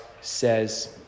says